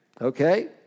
okay